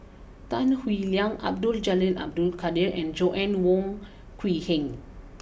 Tan Howe Liang Abdul Jalil Abdul Kadir and Joanna Wong Quee Heng